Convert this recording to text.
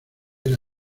era